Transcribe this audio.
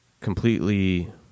Completely